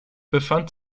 befand